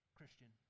Christian